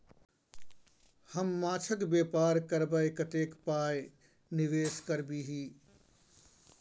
हम माछक बेपार करबै कतेक पाय निवेश करबिही?